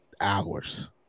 hours